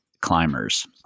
climbers